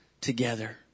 together